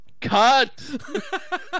Cut